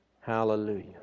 Hallelujah